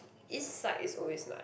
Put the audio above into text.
east side is always nice